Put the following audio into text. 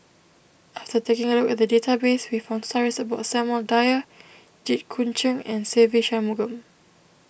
after taking a look at the database we found stories about Samuel Dyer Jit Koon Ch'ng and Se Ve Shanmugam